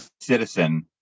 citizen